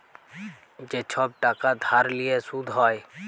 যে ছব টাকা ধার লিঁয়ে সুদ হ্যয়